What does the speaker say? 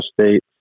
State